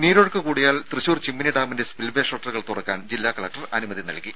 രംഭ നീരൊഴുക്ക് കൂടിയാൽ തൃശൂർ ചിമ്മിനി ഡാമിന്റെ സ്പിൽവെ ഷട്ടറുകൾ തുറക്കാൻ ജില്ലാ കലക്ടർ അനുമതി നൽകി